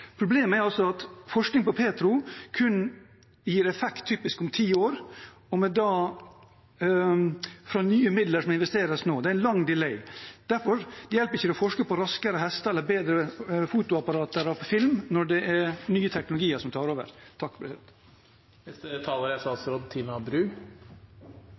Problemet er at forskning på petroleum kun gir effekt typisk om ti år fra nye midler som investeres nå. Det er en lang «delay». Det hjelper ikke å forske på raskere hester eller bedre fotoapparater for film når det er nye teknologier som tar over.